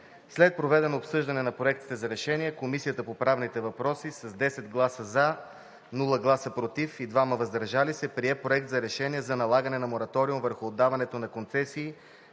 След проведеното обсъждане на проектите на решения Комисията по правни въпроси с 10 гласа „за“, без „против“ и 2 гласа „въздържал се“ прие Проект на решение за налагане на мораториум върху отдаването на концесии,